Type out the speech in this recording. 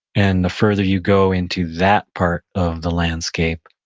and the further you go into that part of the landscape,